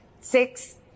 six